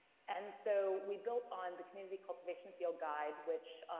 and so we built on the community cultivation field guide, which,